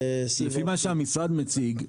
לפי מה שהמשרד מציג,